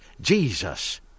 Jesus